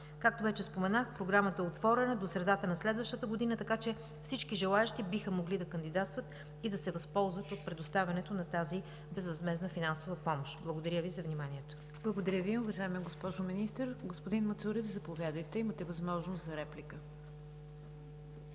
Както вече споменах, Програмата е отворена до средата на следващата година, така че всички желаещи биха могли да кандидатстват и да се възползват от предоставянето на тази безвъзмездна финансова помощ. Благодаря Ви за вниманието. ПРЕДСЕДАТЕЛ НИГЯР ДЖАФЕР: Благодаря Ви, уважаема госпожо Министър. Господин Мацурев, заповядайте, имате възможност за реплика. АЛЕКСАНДЪР